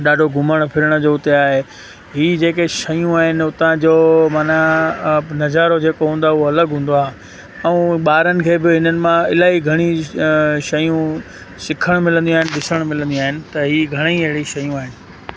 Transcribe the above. ॾाढो घुमण फिरण जो हुते आहे ई जेके शयूं आहिनि उतां जो माना नज़ारो जेको हूंदो आहे उहो अलॻि हूंदो आहे ऐं ॿारनि खे बि इन्हनि मां इलाही घणी शयूं सिखण मिलंदियूं आहिनि ॾिसण मिलंदियूं आहिनि त ई घणेई अहिड़ी शयूं आहिनि